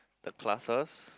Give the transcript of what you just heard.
the classes